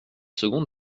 secondes